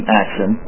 action